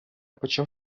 почав